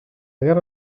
guerra